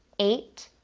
eight,